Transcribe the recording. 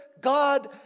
God